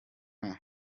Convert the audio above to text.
nka